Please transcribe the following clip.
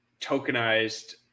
tokenized